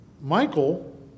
Michael